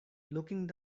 looking